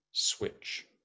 Switch